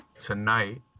tonight